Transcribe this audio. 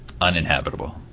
Uninhabitable